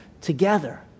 together